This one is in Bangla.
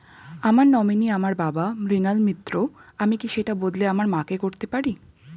আমার নমিনি আমার বাবা, মৃণাল মিত্র, আমি কি সেটা বদলে আমার মা কে করতে পারি?